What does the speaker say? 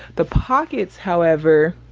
the pockets, however,